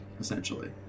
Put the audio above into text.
Essentially